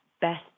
best